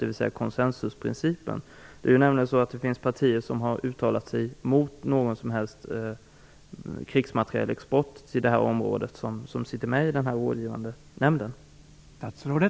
Det finns nämligen partier i den rådgivande nämnden som har uttalat sig mot all krigsmaterielexport till Mellanösternområdet.